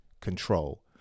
control